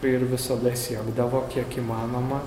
ir visada siekdavo kiek įmanoma